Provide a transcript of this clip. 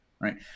right